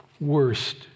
worst